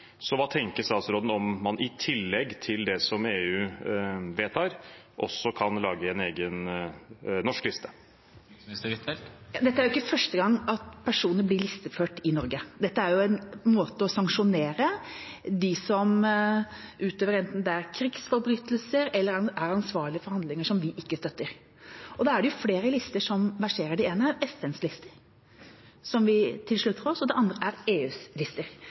Hva tenker ministeren om man i tillegg til det EU vedtar, også kan lage en egen norsk liste? Dette er ikke første gang at personer blir listeført i Norge. Dette er en måte å sanksjonere på overfor dem som enten utøver krigsforbrytelser eller er ansvarlige for handlinger vi ikke støtter. Det er flere lister som verserer. Det ene er FNs lister, som vi tilslutter oss, og det andre er EUs lister.